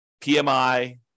PMI